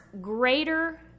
greater